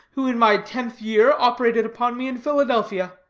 who in my tenth year operated upon me in philadelphia.